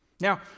Now